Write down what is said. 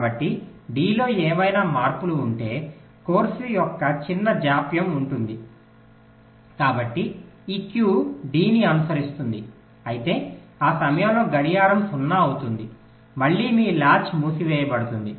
కాబట్టి D లో ఏవైనా మార్పులు ఉంటే కోర్సు యొక్క చిన్న జాప్యం ఉంటుంది కాబట్టి ఈ Q D ని అనుసరిస్తుంది అయితే ఆ సమయంలో గడియారం 0 అవుతుంది మళ్ళీ మీ లాచ్ మూసివేయబడుతుంది